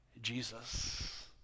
Jesus